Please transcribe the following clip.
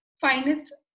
finest